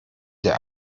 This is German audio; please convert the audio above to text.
der